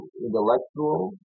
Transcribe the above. intellectual